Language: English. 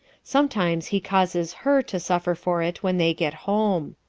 sometimes he causes her to suffer for it when they get home.